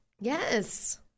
Yes